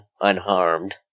unharmed